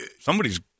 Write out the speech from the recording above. somebody's